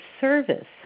service